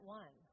one